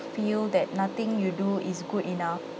feel that nothing you do is good enough